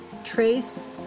trace